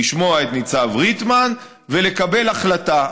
לשמוע את ניצב ריטמן ולקבל החלטה,